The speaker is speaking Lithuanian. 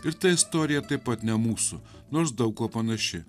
ir ta istorija taip pat ne mūsų nors daug kuo panaši